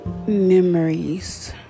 Memories